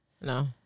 No